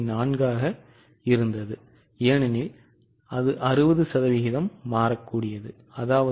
4 ஆக இருக்கும் ஏனெனில் 60 சதவீதம் மாறக்கூடியது